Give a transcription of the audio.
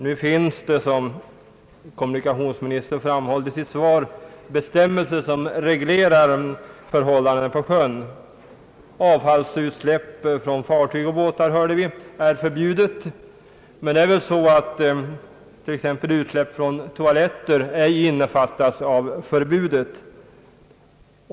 Nu finns det, som kommunikationsministern framhåller i sitt svar, bestämmelser som reglerar förhållandena på sjön. Avfallsutsläpp från fartyg och båtar, hörde vi, är förbjudet. Men det är väl så att t.ex. utsläpp från toaletter ej innefattas av förbudet.